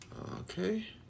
okay